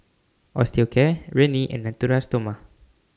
Osteocare Rene and Natura Stoma